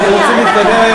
אנחנו רוצים להתקדם,